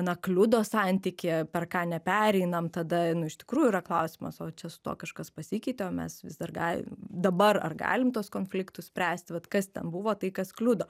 na kliudo santykį per ką nepereinam tada iš tikrųjų yra klausimas o čia su tuo kažkas pasikeitė mes vis dar galim dabar ar galim tuos konfliktus spręsti vat kas ten buvo tai kas kliudo